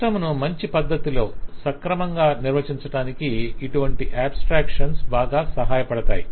system ను మంచి పద్ధతిలో సక్రమంగా నిర్వచించటానికి ఇటువంటి అబ్స్ట్రాక్షన్స్ బాగా సహాయపడతాయి